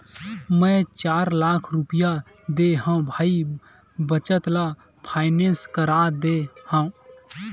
मै चार लाख रुपया देय हव भाई बचत ल फायनेंस करा दे हँव